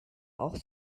auch